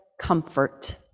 comfort